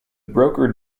broker